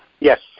Yes